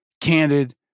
candid